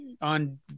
on